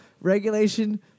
regulation